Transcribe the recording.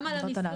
גם על המיסוי,